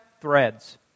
threads